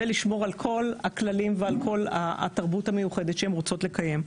ולשמור על כל הכללים ועל כל התרבות המיוחדת שהן רוצות לקיים,